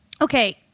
Okay